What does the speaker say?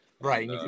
right